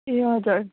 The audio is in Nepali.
ए हजुर